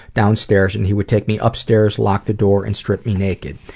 downstairs and he would take me upstairs, lock the door, and strip me naked.